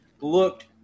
Looked